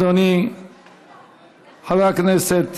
אדוני חבר הכנסת